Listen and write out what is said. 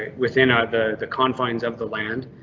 ah within ah the the confines of the land,